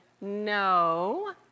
no